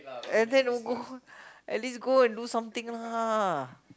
and then who go at least go and do something lah